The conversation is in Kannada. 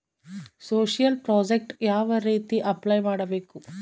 ಸೋಶಿಯಲ್ ಪ್ರಾಜೆಕ್ಟ್ ಯಾವ ರೇತಿ ಅಪ್ಲೈ ಮಾಡಬೇಕು?